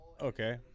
Okay